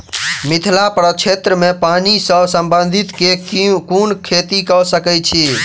मिथिला प्रक्षेत्र मे पानि सऽ संबंधित केँ कुन खेती कऽ सकै छी?